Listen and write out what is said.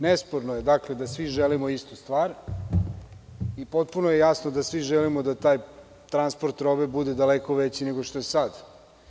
Nesporno je da svi želimo istu stvar i potpuno je jasno da svi želimo da taj transport robe bude daleko veći nego što je sada.